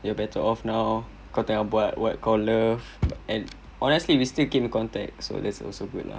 you are better off now kau tengah buat what kau love honestly we still keep in contact so that's also good lah